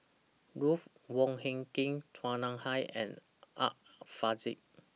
Ruth Wong Hie King Chua Nam Hai and Art Fazil